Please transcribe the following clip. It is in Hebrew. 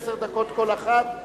עשר דקות כל אחת,